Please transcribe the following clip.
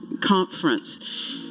conference